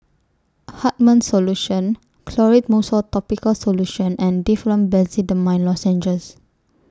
Hartman's Solution Clotrimozole Topical Solution and Difflam Benzydamine Lozenges